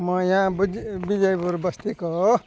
म यहाँ बुद्धि विजयपुर बस्तीको हो